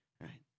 right